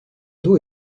dos